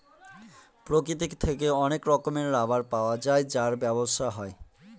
প্রকৃতি থেকে অনেক রকমের রাবার পাওয়া যায় যার ব্যবসা হয়